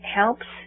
helps